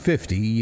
Fifty